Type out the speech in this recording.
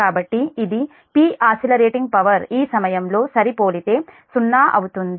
కాబట్టి ఇది P ఆసిల రేటింగ్ పవర్ ఈ సమయంలో సరిపోలితే 0 అవుతుంది